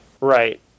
Right